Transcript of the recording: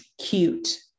cute